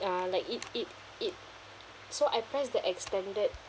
uh like it it it so I press the extended